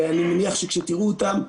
ואני מניח שכשתראו אותם,